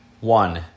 One